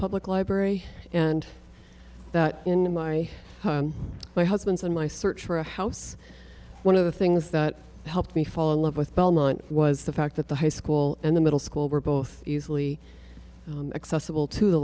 public library and that in my home my husband's and my search for a house one of the things that helped me fall in love with belmont was the fact that the high school and the middle school were both easily accessible to the